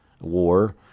War